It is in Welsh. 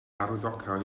arwyddocaol